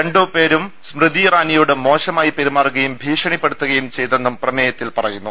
രണ്ടു പേരും സ്മൃതി ഇറാനിയോട് മോശമായി പെരുമാറുകയും ഭീഷണിപ്പെടുത്തുകയും ചെയ് തെന്നും പ്രമേയത്തിൽ പറയുന്നു